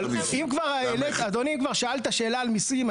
אבל אם כבר שאלת שאלה על מיסים,